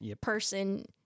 person